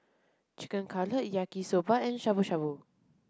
Chicken Cutlet Yaki Soba and Shabu shabu